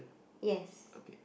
yes